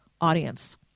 audience